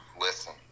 listen